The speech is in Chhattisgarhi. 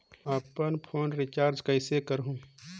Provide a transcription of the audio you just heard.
अपन फोन रिचार्ज कइसे करहु?